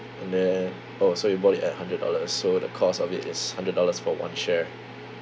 and then oh so you bought it at hundred dollars so the cost of it is hundred dollars for one share